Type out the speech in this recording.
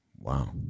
Wow